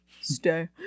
stay